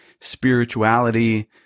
spirituality